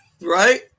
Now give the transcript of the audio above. right